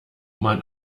man